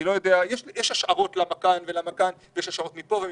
יש השערות למה כאן ולמה כאן, יש השערות מפה ומפה.